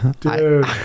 Dude